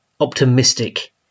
optimistic